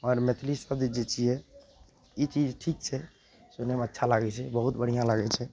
आओर मैथिली शब्द जे छियै ई चीज ठीक छै सुनयमे अच्छा लागय छै बहुत बढ़िआँ लागय छै